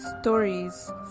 Stories